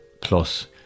Plus